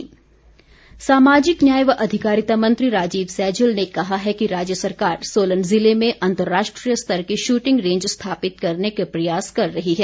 shooting range सामाजिक न्याय व अधिकारिता मंत्री राजीव सैजल ने कहा है कि राज्य सरकार सोलन जिले में अंतर्राष्ट्रीय स्तर की शूटिंग रेंज स्थापित करने के प्रयास कर रही है